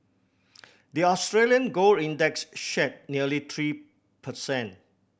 the Australian gold index shed nearly three per cent